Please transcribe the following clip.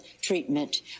treatment